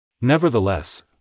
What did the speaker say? Nevertheless